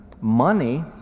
money